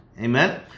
Amen